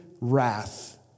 wrath